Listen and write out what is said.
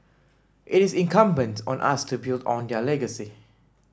it is incumbent on us to build on their legacy